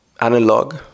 analog